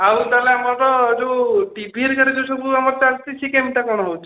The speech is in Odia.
ଆଉ ତାହେଲେ ଆମର ଯେଉଁ ଟିଭିରେ ଯେଗୁଡ଼ା ସବୁ ଆମର ଚାଲିଛି ସେ କେମିତିଆ କଣ ହେଉଛି